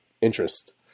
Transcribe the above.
interest